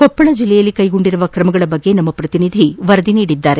ಕೊಪ್ಪಳ ಜಿಲ್ಲೆಯಲ್ಲಿ ಕೈಗೊಂಡಿರುವ ಕ್ರಮಗಳ ಬಗ್ಗೆ ನಮ್ಮ ಪ್ರತಿನಿಧಿ ವರದಿ ನೀಡಿದ್ದಾರೆ